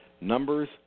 Numbers